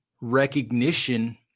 recognition